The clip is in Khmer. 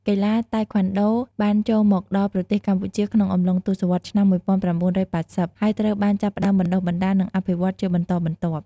កីឡាតៃក្វាន់ដូបានចូលមកដល់ប្រទេសកម្ពុជានៅអំឡុងទសវត្សរ៍ឆ្នាំ ១៩៨០ ហើយត្រូវបានចាប់ផ្ដើមបណ្ដុះបណ្ដាល និងអភិវឌ្ឍជាបន្តបន្ទាប់។